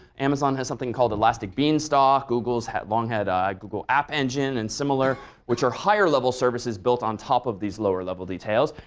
amazon has something called elastic beanstalk, google's long had google app engine and similar, which are higher-level services built on top of these lower-level details.